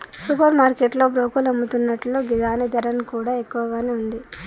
super market లో broccoli అమ్ముతున్లు గిదాని ధర కూడా ఎక్కువగానే ఉంది